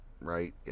Right